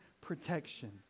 protection